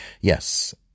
Yes